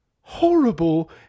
horrible